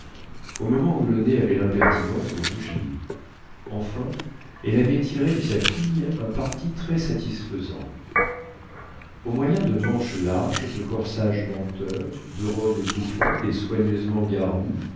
au moment où le nez avait l'impertinence de rougir enfin elle avait tiré de sa fille un parti très satisfaisant au moyen de manches larges de corsages menteurs de robes bouffantes et soigneusement garnies